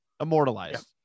immortalized